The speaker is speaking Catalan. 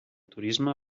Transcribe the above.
turisme